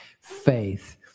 faith